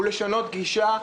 הוא לשנות גישה,